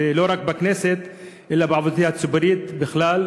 ולא רק בכנסת אלא בעבודתי הציבורית בכלל,